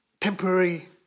temporary